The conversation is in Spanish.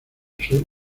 sur